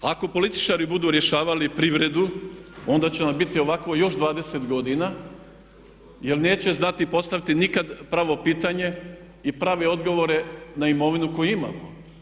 Ako političari budu rješavali privredu onda će nam biti ovako još 20 godina jer neće znati postaviti nikad pravo pitanje i prave odgovore na imovinu koju imamo.